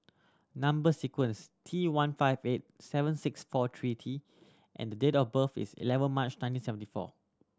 number sequence T one five eight seven six four three T and the date of birth is eleven March nineteen seventy four